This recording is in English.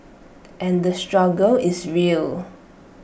and the struggle is real